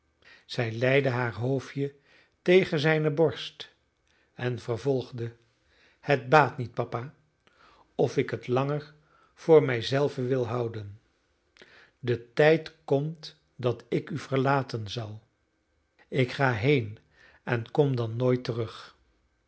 zij leide haar hoofdje tegen zijne borst en vervolgde het baat niet papa of ik het langer voor mij zelve wil houden de tijd komt dat ik u verlaten zal ik ga heen en kom dan nooit terug